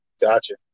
Gotcha